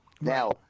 Now